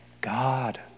God